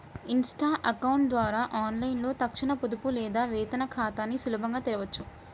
Insta account ద్వారా ఆన్లైన్లో తక్షణ పొదుపు లేదా వేతన ఖాతాని సులభంగా తెరవొచ్చు